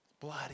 bloody